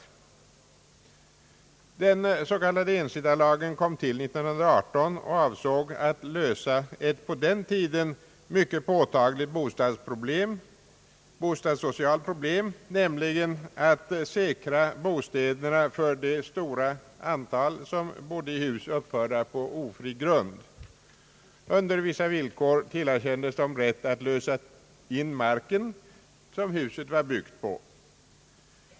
Den s.k. ensittarlagen kom till 1918 och avsåg att lösa ett på den tiden mycket påtagligt bostadssocialt problem, nämligen att säkra bostäderna för det stora antal personer som bodde i hus uppförda på ofri grund. Under vissa villkor tillerkändes dem rätt att lösa in den mark som huset var byggt på.